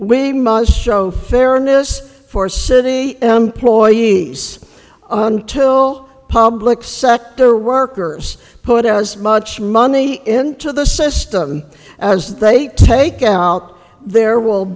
we must show fairness for city employees until public sector workers put as much money into the system as they take out there will